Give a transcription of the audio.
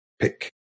pick